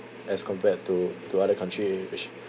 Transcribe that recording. as compared to to other country which